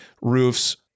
roofs